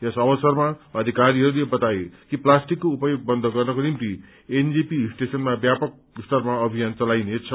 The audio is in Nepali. यस अवसरमा अधिकारीहरूले बताए कि प्लास्टिकको उपयोग बन्द गर्नको निम्ति एनजेपी स्टेशनमा व्यापक स्तरमा अभियान चलाइनेछ